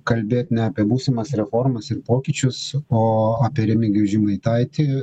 kalbėt ne apie būsimas reformas ir pokyčius o apie remigijų žemaitaitį